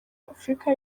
afurika